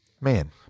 Man